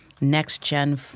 next-gen